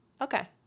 Okay